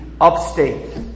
upstate